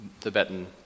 Tibetan